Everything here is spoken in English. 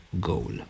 goal